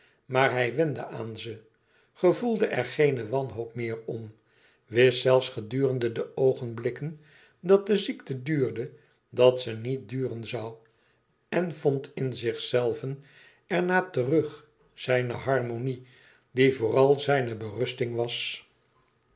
maar hij wende aan ze gevoelde er geene wanhoop meer om wist zelfs gedurende de oogenblikken dat de ziekte duurde dat ze niet duren zoû en vond in zichzelven er na terug zijne harmonie die vooral zijne berusting was